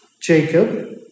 Jacob